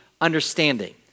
understanding